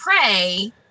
pray